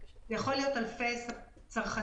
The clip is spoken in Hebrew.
מקסימאלי.